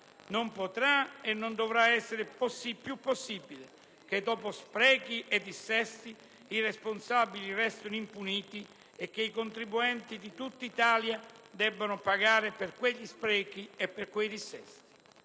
Non potrà e non dovrà essere più possibile che dopo sprechi e dissesti i responsabili restino impuniti e che i contribuenti di tutta Italia debbano pagare per quegli sprechi e per quei dissesti.